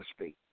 speak